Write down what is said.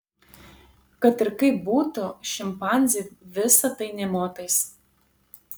kad ir kaip būtų šimpanzei visa tai nė motais